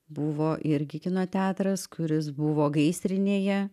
buvo irgi kino teatras kuris buvo gaisrinėje